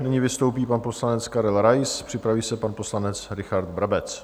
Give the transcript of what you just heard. Nyní vystoupí pan poslanec Karel Rais, připraví se pan poslanec Richard Brabec.